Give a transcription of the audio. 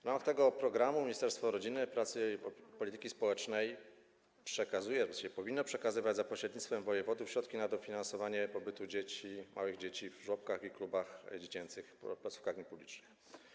W ramach tego programu Ministerstwo Rodziny, Pracy i Polityki Społecznej przekazuje, a właściwie powinno przekazywać za pośrednictwem wojewodów środki na dofinansowanie pobytu dzieci, małych dzieci w żłobkach, klubach dziecięcych, placówkach niepublicznych.